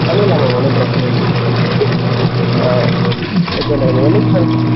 ஒன்றும் இல்லை மேம் ஒன்றும் பிரச்சனை இல்லை ஆ ஓகே மேம் என்னைக்கு மேடம்